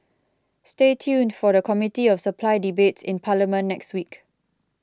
stay tuned for the Committee of Supply debates in parliament next week